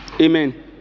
Amen